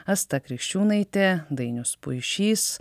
asta krikščiūnaitė dainius puišys